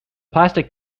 plastic